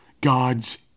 God's